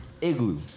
igloo